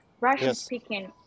Russian-speaking